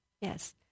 Yes